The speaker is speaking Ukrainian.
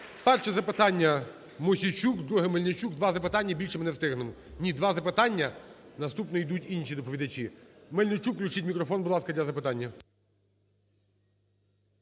Перше запитання - Мосійчук, друге – Мельничук. Два запитання, і більше ми не встигнемо. Ні, два запитання, наступні ідуть інші доповідачі. Мельничук. Включіть мікрофон, будь ласка, для запитання.